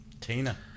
Tina